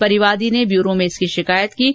परिवादी ने ब्यूरो में इसकी शिकायत दी